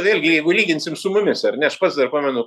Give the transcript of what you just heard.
vėlgi jeigu lyginsim su mumis ar ne aš pats dar pamenu